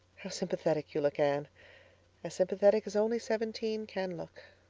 how sympathetic you look, anne. as sympathetic as only seventeen can look.